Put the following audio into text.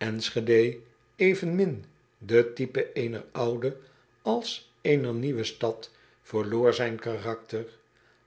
nschede evenmin de type eener oude als eener nieuwe stad verloor zijn karakter